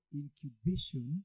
incubation